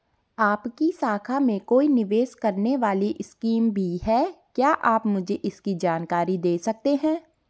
आपकी शाखा में कोई निवेश करने वाली स्कीम भी है क्या आप मुझे इसकी जानकारी दें सकते हैं?